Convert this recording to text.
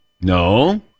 No